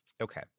Okay